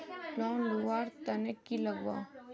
Loan लुवा र तने की लगाव?